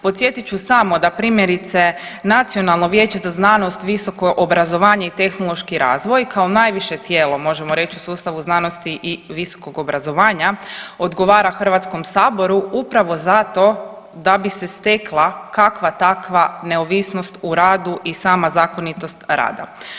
Podsjetit ću samo da primjerice Nacionalno vijeće za znanost, visoko obrazovanje i tehnološki razvoj kao najviše tijelo, možemo reći u sustavu znanosti i visokog obrazovanja odgovara HS-u upravo zato da bi se stekla kakva takva neovisnost u radu i sama zakonitost rada.